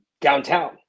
downtown